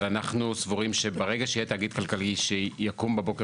אבל אנחנו סבורים שברגע שיהיה תאגיד כלכלי שיקום בבוקר